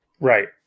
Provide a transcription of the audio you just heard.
Right